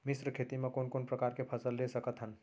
मिश्र खेती मा कोन कोन प्रकार के फसल ले सकत हन?